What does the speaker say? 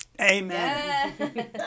Amen